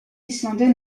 islandais